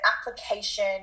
application